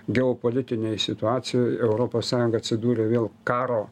geopolitinėj situacijoj europos sąjunga atsidūrė vėl karo